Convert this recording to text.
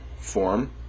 form